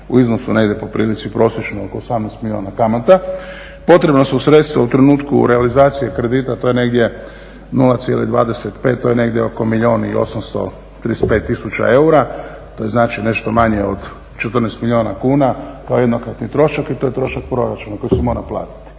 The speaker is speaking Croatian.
u iznosu negdje po prilici prosječno oko 18 milijuna kuna, potrebna su sredstva u trenutku realizacije kredita, a to je negdje 0,25 to je negdje oko milijun 835 tisuća eura, to je znači nešto manje od 14 milijuna kuna kao jednokratni trošak i to je trošak proračuna koji se mora platiti.